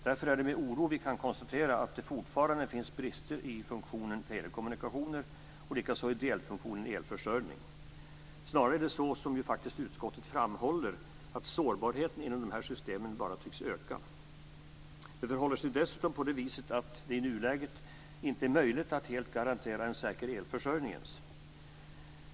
Därför är det med oro vi kan konstatera att det fortfarande finns brister i funktionen telekommunikationer och i delfunktionen elförsörjning. Snarare är det så, som ju faktiskt utskottet framhåller, att sårbarheten inom de här systemen bara tycks öka. Det förhåller sig dessutom på det viset att det i nuläget inte är möjligt att helt garantera ens en säker elförsörjning.